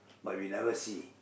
but we never see